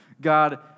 God